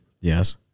Yes